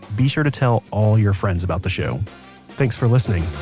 be sure to tell all your friends about the show thanks for listening